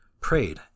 prayed